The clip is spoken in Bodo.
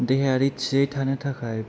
देहाया थियै थानो थाखाय